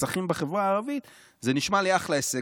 נרצחים בחברה הערבית, זה נשמע לי אחלה הישג.